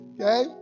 okay